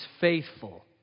faithful